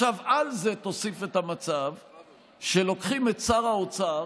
על זה תוסיף את המצב שלוקחים את שר האוצר